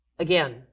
again